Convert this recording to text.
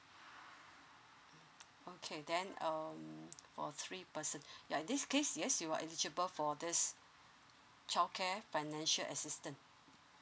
okay then um for three persons ya in this case yes you are eligible for this childcare financial assistance